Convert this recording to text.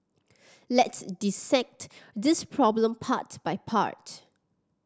let's dissect this problem part by part